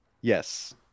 Yes